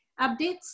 updates